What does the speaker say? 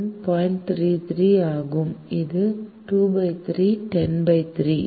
33 ஆகும் இது 2 310 3